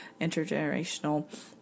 intergenerational